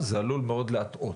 זה עלול מאוד להטעות.